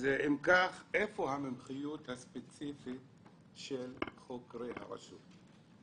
איפה המומחיות הספציפית של חוקרי הרשות?